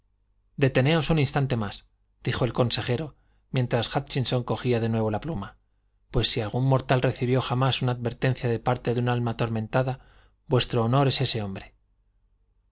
deteneos un instante más dijo el consejero mientras hútchinson cogía de nuevo la pluma pues si algún mortal recibió jamás una advertencia de parte de un alma atormentada vuestro honor es ese hombre